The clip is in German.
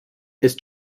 ist